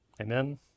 Amen